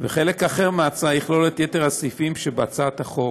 וחלק אחר מההצעה יכלול את יתר הסעיפים שבהצעת החוק.